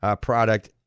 product